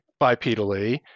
bipedally